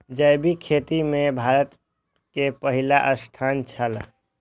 जैविक खेती में भारत के पहिल स्थान छला